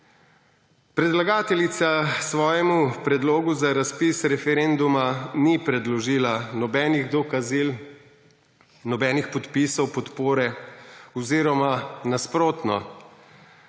Predlagateljica svojemu predlogu za razpis referenduma ni predložila nobenih dokazil, nobenih podpisov podpore; oziroma nasprotno.